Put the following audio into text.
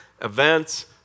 events